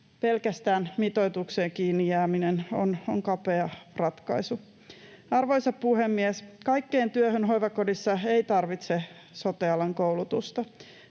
Pelkästään mitoitukseen kiinni jääminen on kapea ratkaisu. Arvoisa puhemies! Kaikkeen työhön hoivakodissa ei tarvita sote-alan koulutusta.